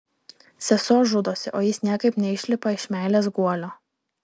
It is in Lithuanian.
sesuo žudosi o jis niekaip neišlipa iš meilės guolio